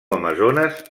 amazones